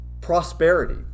prosperity